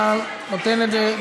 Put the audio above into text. אתה נותן את זה,